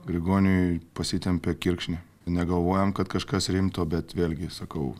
grigoniui pasitempė kirkšnį negalvojam kad kažkas rimto bet vėlgi sakau